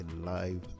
live